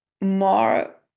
more